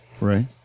Right